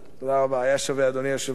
תודה רבה, היה שווה, אדוני היושב-ראש.